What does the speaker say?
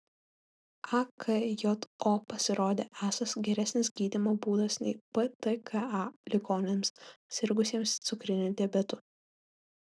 akjo pasirodė esąs geresnis gydymo būdas nei ptka ligoniams sirgusiems cukriniu diabetu